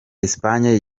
espagne